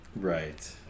Right